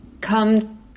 come